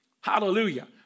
Hallelujah